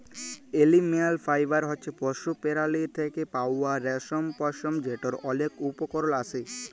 animal fibre হছে পশু পেরালীর থ্যাকে পাউয়া রেশম, পশম যেটর অলেক উপকরল আসে